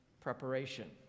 preparation